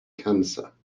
cancer